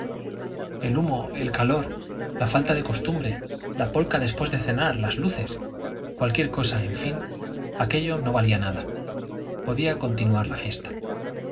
el humo el calor la falta de costumbre la polka después de cenar las luces cualquier cosa en fin aquello no valía nada podía continuar la fiesta